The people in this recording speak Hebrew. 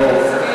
ברור,